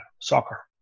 soccer